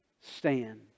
stand